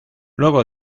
luego